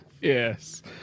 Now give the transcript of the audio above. Yes